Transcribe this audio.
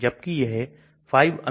इसलिए घुलनशीलता बेहद खराब है